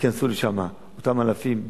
ייכנסו לשם אותם אלפים,